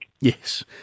Yes